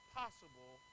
possible